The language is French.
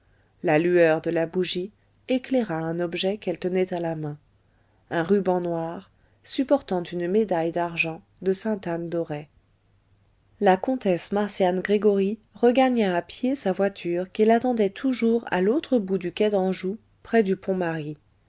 la lueur de la bougie éclaira un objet qu'elle tenait à la main un ruban noir supportant une médaille d'argent de sainte-anne d'auray la comtesse marcian gregoryi regagna à pied sa voiture qui l'attendait toujours à l'autre bout du quai d'anjou près du pont marie